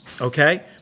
Okay